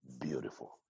beautiful